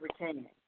retaining